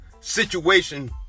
situation